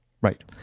Right